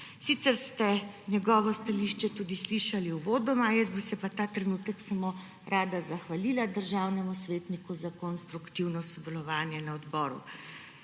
Sicer ste njegovo stališče tudi slišali uvodoma, jaz bi se pa ta trenutek samo rada zahvalila državnemu svetniku za konstruktivno sodelovanje na odboru.